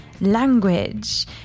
language